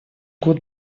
год